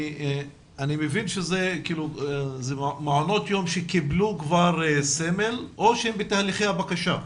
אני מבין שאלה מעונות יום שכבר קיבלו סמל או שהם בתהליכי הבקשה.